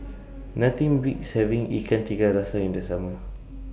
Nothing Beats having Ikan Tiga Rasa in The Summer